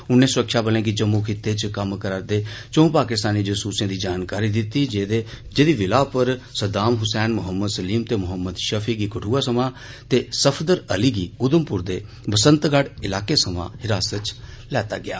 उनें सुरक्षाबलें गी जम्मू खिते च कम्म करा रदे चंऊ पाकिस्तानी जसूसें दी जानकारी दिती जेदे विला उप्पर सद्दाम हुसैन मोहम्मद सलीम ते मोहम्मद शफी गी कठुआ सवां ते सफदर अली गी उघमपुर दे बसंतगढ़ इलाकें सवां हिरासत च लैता गेआ